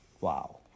Wow